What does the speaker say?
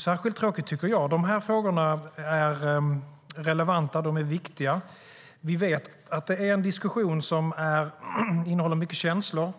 särskilt tråkigt, tycker jag. Frågorna är relevanta och viktiga. Vi vet att detta är en diskussion som innehåller mycket känslor.